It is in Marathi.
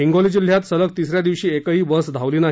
हिंगोली जिल्ह्यात सलग तिस या दिवशी एकही बस धावली नाही